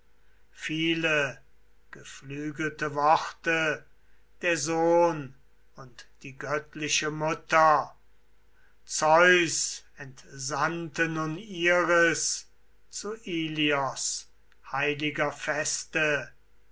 viele geflügelte worte der sohn und die göttliche mutter zeus entsandte nun iris zu ilios heiliger feste